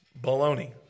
Baloney